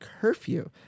curfew